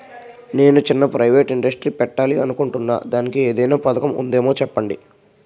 నేను చిన్న private industry పెట్టాలి అనుకుంటున్నా దానికి ఏదైనా పథకం ఉందేమో చెప్పండి?